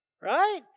right